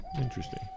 Interesting